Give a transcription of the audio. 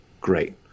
Great